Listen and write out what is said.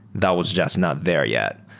that was just not there yet.